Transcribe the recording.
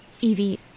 Evie